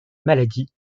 maladie